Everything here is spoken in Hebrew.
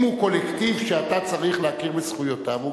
אם הוא קולקטיב שאתה צריך להכיר בזכויותיו,